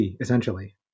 essentially